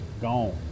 gone